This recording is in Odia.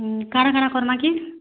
ହୁଁ କା'ଣା କା'ଣା କର୍ମା କି